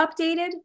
updated